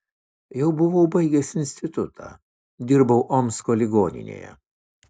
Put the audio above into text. jau buvau baigęs institutą dirbau omsko ligoninėje